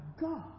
God